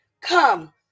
Come